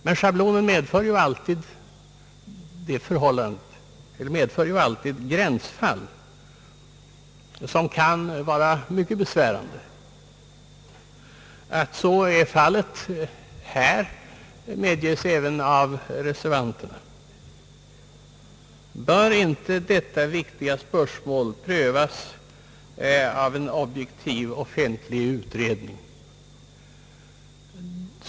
Men schabloner medför alltid gränsfall som kan vara mycket besvärande, Att så är fallet i denna fråga medges även av reservanterna. Bör inte detta viktiga spörsmål prövas av en objektiv offentlig utredning?